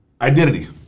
Identity